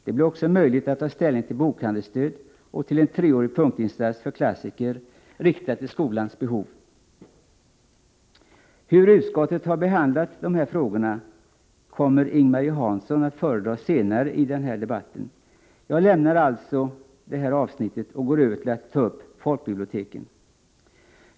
Det blir också möjligt att ta ställning till bokhandelsstöd och till en treårig punktinsats för klassiker riktad till skolans behov. Hur utskottet behandlat de frågorna kommer Ing-Marie Hansson att föredra senare i den här debatten. Jag lämnar alltså detta avsnitt och går över till frågan om folkbiblioteken.